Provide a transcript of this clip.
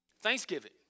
Thanksgiving